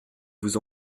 vous